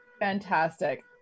Fantastic